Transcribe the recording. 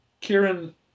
Kieran